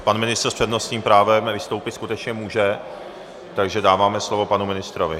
Pan ministr s přednostním právem vystoupit skutečně může, takže dáváme slovo panu ministrovi.